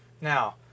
Now